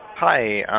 hi,